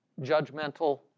judgmental